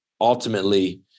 ultimately